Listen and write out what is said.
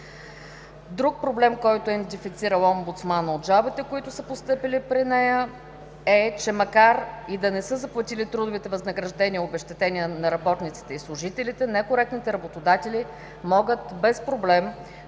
Друг проблем, който е индифицирал омбудсманът от жалбите, които са постъпили при нея, е, че макар и да не са заплатили трудовите възнаграждения, обезщетения на работниците и служителите, некоректните работодатели могат без проблем да участват